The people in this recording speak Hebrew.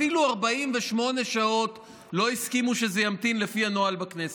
אפילו 48 שעות לא הסכימו שזה ימתין לפי הנוהל בכנסת.